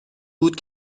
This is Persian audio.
بود